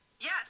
Yes